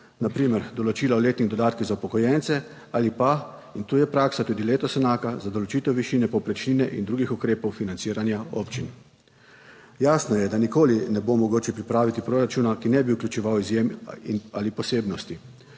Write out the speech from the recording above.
na primer določila o letnih dodatkih za upokojence ali pa, in tu je praksa tudi letos enaka, za določitev višine povprečnine in drugih ukrepov financiranja občin. Jasno je, da nikoli ne bo mogoče pripraviti proračuna, ki ne bi vključeval izjem ali posebnosti,